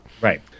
right